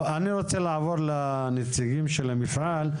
אבל אני רוצה לעבור לנציגים של המפעל.